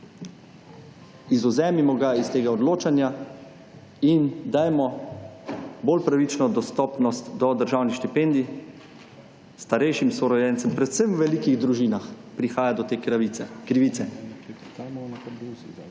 Izvzemimo ga iz tega odločanja in dajmo bolj pravično dostopnost do državnih štipendij starejšim sorojencem, predvsem v velikih družinah prihaja do te kravice,